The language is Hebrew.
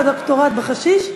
בעל הדוקטורט על חשיש.